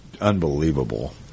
unbelievable